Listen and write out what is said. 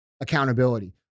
accountability